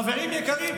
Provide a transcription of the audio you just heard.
חברים יקרים,